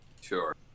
Sure